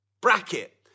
bracket